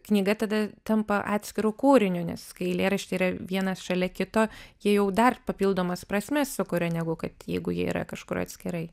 knyga tada tampa atskiru kūriniu nes kai eilėraščiai yra vienas šalia kito jie jau dar papildomas prasmes sukuria negu kad jeigu jie yra kažkur atskirai